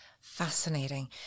Fascinating